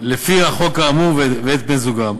לפי החוק האמור, ואת בני-זוגם.